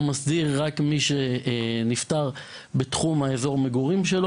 רק מי שנפטר בתחום מגוריו.